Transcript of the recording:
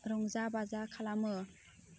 रंजा बाजा खालामो